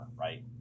right